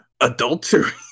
Adultery